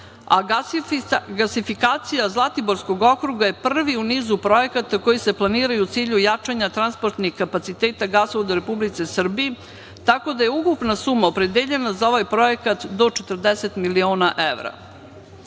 a gasifikacija Zlatiborskog okruga je prvi u nizu projekata koji se planiraju u cilju jačanja transportnih kapaciteta gasovoda u Republici Srbiji, tako da je ukupna suma opredeljena za ovaj projekat do 40 miliona